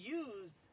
use